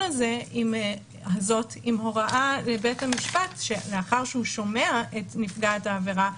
הזאת עם הוראה לבית המשפט שלאחר שהוא שומע את נפגעת העבירה,